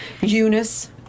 Eunice